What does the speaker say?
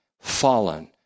fallen